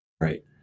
right